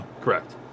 Correct